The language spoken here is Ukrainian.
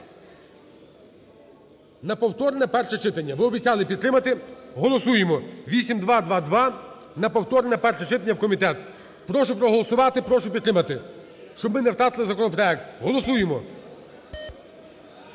На повторне перше читання ви обіцяли підтримати. Голосуємо 8222 – на повторне перше читання в комітет. Прошу проголосувати, прошу підтримати. Щоб ми не втратили законопроект. Голосуємо.